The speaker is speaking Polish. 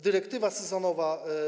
Dyrektywa sezonowa.